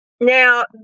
Now